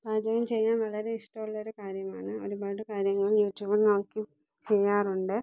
പാചകം ചെയ്യാൻ വളരെ ഇഷ്ട്ടമുള്ളൊരു കാര്യമാണ് ഒരുപാട് കാര്യങ്ങൾ യുട്യൂബിൽ നോക്കി ചെയ്യാറുണ്ട്